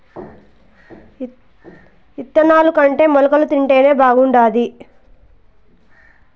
ఇత్తనాలుకంటే మొలకలు తింటేనే బాగుండాది